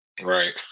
Right